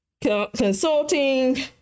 consulting